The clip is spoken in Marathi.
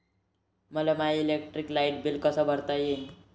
मले माय इलेक्ट्रिक लाईट बिल कस भरता येईल?